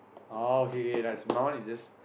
oh K K K there's there's just